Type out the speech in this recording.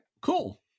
cool